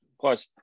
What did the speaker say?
Plus